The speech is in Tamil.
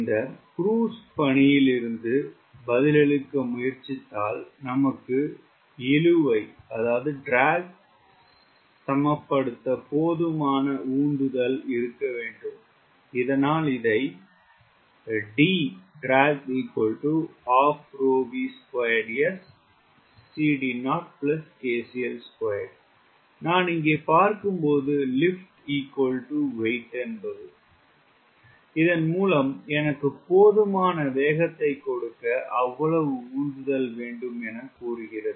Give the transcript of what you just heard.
இந்த க்ருஸ் பணியிலிருந்து பதிலளிக்க முயற்சித்தால் நமக்கு இழுவை ஐ சமப்படுத்த போதுமான உந்துதல் இருக்க வேண்டும் இதனால் இதை நான் இங்கே பார்க்கும்போது இதன் மூலம் எனக்கு போதுமான வேகத்தை கொடுக்க அவ்வளவு உந்துதல் வேண்டும் என கூறுகிறது